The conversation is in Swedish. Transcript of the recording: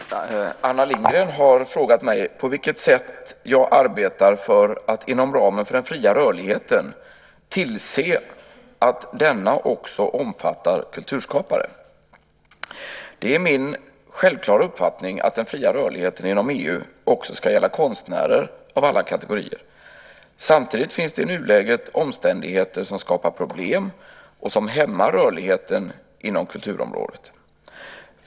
Herr talman! Anna Lindgren har frågat mig på vilket sätt jag arbetar för att inom ramen för den fria rörligheten tillse att denna också omfattar kulturskapare. Det är min självklara uppfattning att den fria rörligheten inom EU också ska gälla konstnärer av alla kategorier. Samtidigt finns det i nuläget omständigheter som skapar problem och som hämmar rörligheten inom kulturområdet.